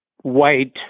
white